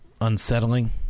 unsettling